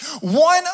One